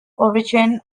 origin